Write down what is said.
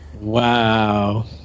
Wow